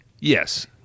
yes